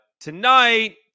tonight